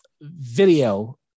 video